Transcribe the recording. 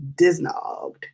disnogged